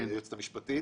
היועצת המשפטית,